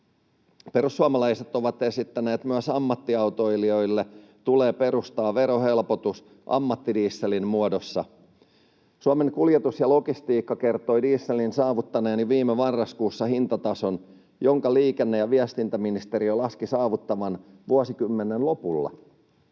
Perussuomalaiset ovat esittäneet myös, että ammattiautoilijoille tulee perustaa verohelpotus ammattidieselin muodossa. Suomen Kuljetus ja Logistiikka kertoi dieselin saavuttaneen jo viime marraskuussa hintatason, jonka liikenne‑ ja viestintäministeriö laski saavutettavan vuosikymmenen lopulla.